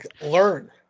learn